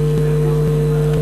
אדוני היושב-ראש,